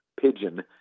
pigeon